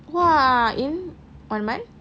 !wah! in one month